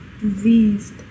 diseased